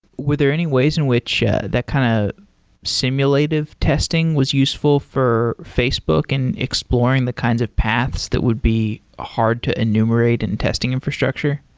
were there any ways in which yeah that kind of simulative testing was useful for facebook and exploring the kinds of paths that would be hard to enumerate and testing infrastructure?